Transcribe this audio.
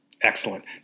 Excellent